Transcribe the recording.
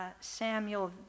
Samuel